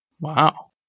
Wow